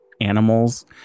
animals